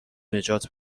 نجات